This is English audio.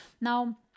now